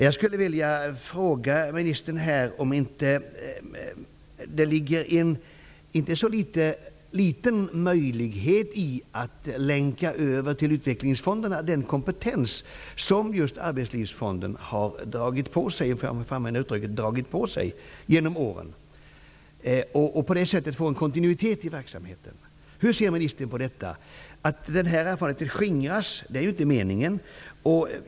Jag skulle vilja fråga ministern om det inte finns en inte så liten möjlighet att länka över till utvecklingsfonderna den kompetens som arbetslivsfonden har dragit på sig genom åren, för att på det sättet få en kontinuitet i verksamheten. Hur ser ministern på detta? Meningen är väl inte att den här erfarenheten skingras.